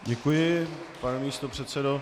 Děkuji, pane místopředsedo.